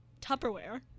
Tupperware